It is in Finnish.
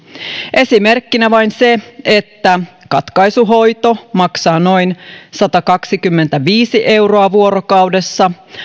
esimerkkinä vain se että katkaisuhoito maksaa noin satakaksikymmentäviisi euroa vuorokaudessa